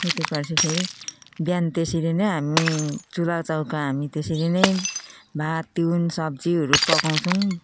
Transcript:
सुतेपछि फेरि बिहान त्यसरी नै हामी चुलाचौका हामी त्यसरी नै भात तिहुन सब्जीहरू पकाउँछौँ